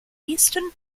eastern